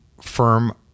firm